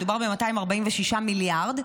מדובר ב-246 מיליארד,